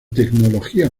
tecnologías